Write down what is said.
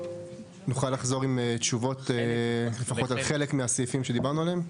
נוכל לחזור עם תשובות לפחות על חלק מהסעיפים שדיברנו עליהם?